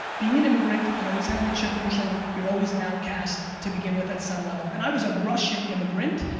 being an immigrant and always having a chip on your shoulder, you're always an outcast to begin with at some level. and i was a russian immigrant,